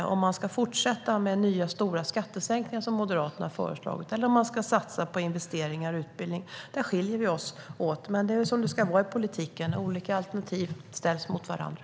Ska man fortsätta med nya stora skattesänkningar, som Moderaterna har föreslagit, eller ska man satsa på investeringar i utbildning? Där skiljer vi oss åt. Men det är väl så det ska vara i politiken. Olika alternativ ställs mot varandra.